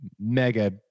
mega